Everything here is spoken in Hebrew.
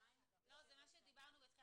לפי